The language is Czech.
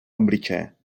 obličeje